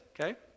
okay